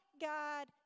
God